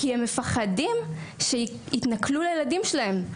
כי הם מפחדים שיתנכלו לילדים שלהם.